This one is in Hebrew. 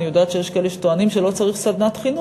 אני יודעת שיש כאלה שטוענים שלא צריך סדנת חינוך.